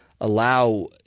allow